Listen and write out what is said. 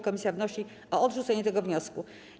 Komisja wnosi o odrzucenie tego wniosku.